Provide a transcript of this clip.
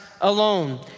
alone